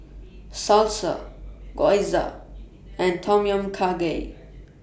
Salsa Gyoza and Tom Kha Gai